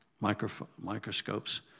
microscopes